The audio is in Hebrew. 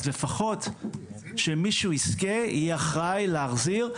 אז לפחות שמי שיזכה יהיה אחראי להחזיר,